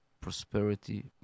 Prosperity